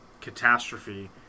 catastrophe